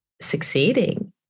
succeeding